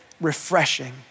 refreshing